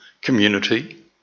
community